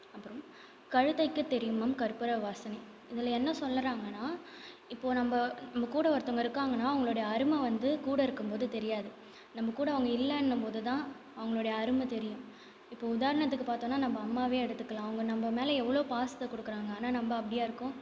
அப்புறம் கழுதைக்கு தெரியுமா கற்பூர வாசனை இதில் என்ன சொல்லறாங்கன்னா இப்போது நம்ம நம்மக்கூட ஒருத்தவங்க இருக்காங்கன்னால் அவர்களோட அருமை வந்து கூட இருக்கும்போது தெரியாது நம்மகூட அவங்க இல்லைன்னும் போதுதான் அவர்களுடைய அருமை தெரியும் இப்போது உதாரணத்துக்கு பார்த்தோம்ன்னா நம்ம அம்மாவே எடுத்துக்கலாம் அவங்க நம்ம மேலே எவ்வளோ பாசத்தை கொடுக்குறாங்க ஆனால் நம்ப அப்படியா இருக்கோம்